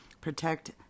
protect